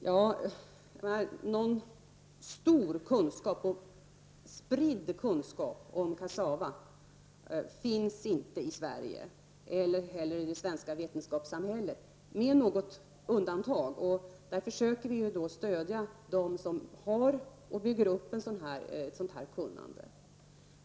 Jo, någon stor spridd kunskap om kassava finns inte i Sverige och inte heller i det svenska forskningssamhället, med något undantag. Därför försöker vi stödja dem som har och bygger upp sådant kunnande.